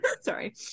sorry